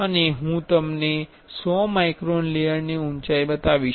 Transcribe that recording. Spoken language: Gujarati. અને હું તમને 100 માઇક્રોન લેયરની ઉંચાઈ બતાવીશ